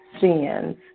sins